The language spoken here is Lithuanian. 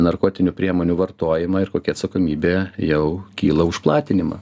narkotinių priemonių vartojimą ir kokia atsakomybė jau kyla už platinimą